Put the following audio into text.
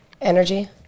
energy